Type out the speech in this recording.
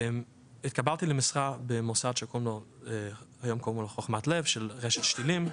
התקבלתי למשרה במוסד שקוראים לו "חכמת לב" של רשת "שתילים",